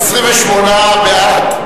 28 בעד.